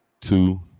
two